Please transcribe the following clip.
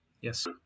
Yes